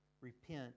repent